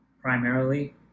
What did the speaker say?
primarily